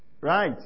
right